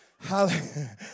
hallelujah